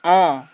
অঁ